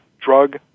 Drug